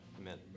Amen